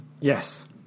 yes